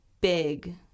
big